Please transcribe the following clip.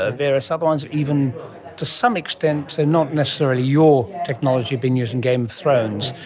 ah various other ones, even to some extent and not necessarily your technology being used in game of thrones,